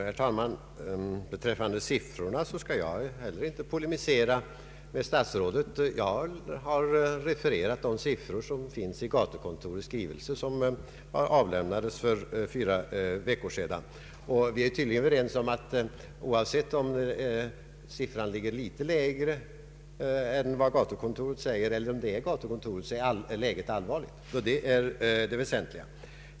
Herr talman! Beträffande siffrorna skall jag inte polemisera med statsrådet. Jag har refererat de siffror som finns i gatukontorets skrivelse, vilken avlämnades för fyra veckor sedan, och vi är tydligen överens om att oavsett om siffran ligger litet lägre än vad gatukontoret anger eller om gatukontorets siffra är den rätta, så är läget allvarligt. Det är det väsentliga.